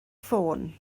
ffôn